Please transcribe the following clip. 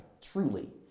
truly